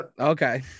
Okay